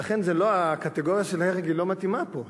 ולכן הקטגוריה של הרג היא לא מתאימה פה.